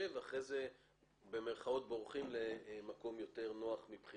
ואחרי זה "בורחים" למקום יותר נוח מבחינתם.